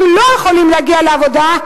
אנחנו לא יכולים להגיע לעבודה,